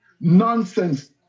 nonsense